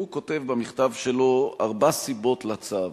הוא כותב במכתב שלו ארבע סיבות לצו: